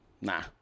Nah